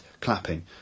clapping